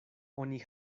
oni